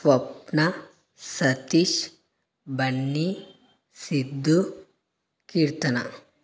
Swapna Satish Bunny Siddu Keerthana